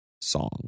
song